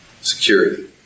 security